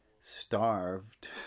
starved